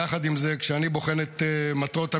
יחד עם זה, כשאני בוחן את מטרות המלחמה,